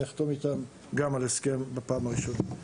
אחתום איתם גם על הסכם בפעם הראשונה.